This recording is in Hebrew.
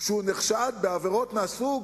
שהוא נחשד בעבירות מהסוג